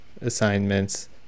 assignments